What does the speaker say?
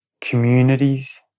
communities